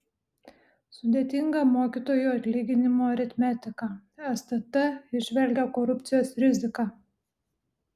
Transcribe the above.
sudėtinga mokytojų atlyginimų aritmetika stt įžvelgia korupcijos riziką